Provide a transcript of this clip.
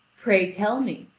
pray tell me.